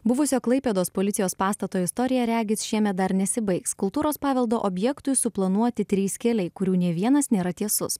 buvusio klaipėdos policijos pastato istorija regis šiemet dar nesibaigs kultūros paveldo objektui suplanuoti trys keliai kurių nė vienas nėra tiesus